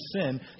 sin